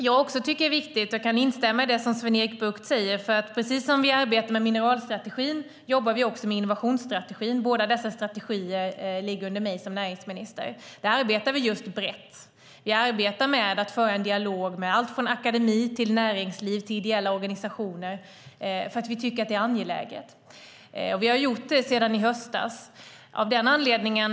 Jag kan instämma i vad Sven-Erik Bucht säger är viktigt, nämligen att precis som vi arbetar med mineralstrategin arbetar vi också med innovationsstrategin. Båda dessa strategier ligger under mig som näringsminister. Vi arbetar brett. Vi arbetar med att föra en dialog med allt från akademi och näringsliv till ideella organisationer, och det gör vi därför att vi tycker att det är angeläget. Vi har gjort det sedan i höstas.